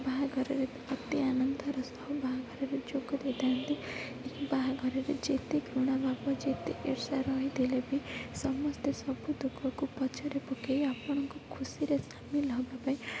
ବାହାଘର ଅତି ଆନନ୍ଦର ସହ ବାହାଘରରେ ଯୋଗ ଦେଇଥାନ୍ତି ବାହାଘରରେ ଯେତେ ଘୃଣା ଭାବ ଯେତେ ଇର୍ଷା ରହିଥିଲେ ବି ସମସ୍ତେ ସବୁ ଦୁଃଖକୁ ପଛରେ ପକାଇ ଆପଣଙ୍କ ଖୁସିରେ ସାମିଲ ହେବା ପାଇଁ